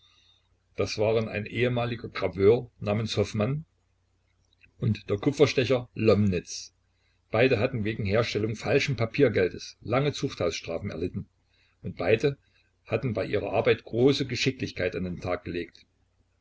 das waren ein ehemaliger graveur namens hoffmann und der kupferstecher lomnitz beide hatten wegen herstellung falschen papiergeldes lange zuchthausstrafen erlitten und beide hatten bei ihrer arbeit große geschicklichkeit an den tag gelegt